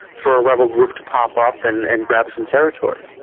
for a rebel group to pop up and and grab some territory.